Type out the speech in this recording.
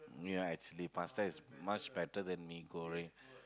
ya actually pasta is much better that mee-goreng